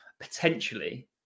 potentially